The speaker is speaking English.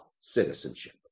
citizenship